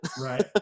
Right